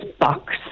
box